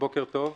בוקר טוב.